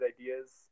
ideas